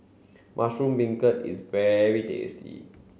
Mushroom Beancurd is very tasty